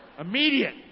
Immediate